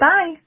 Bye